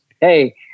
Hey